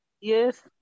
Yes